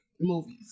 movies